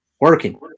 working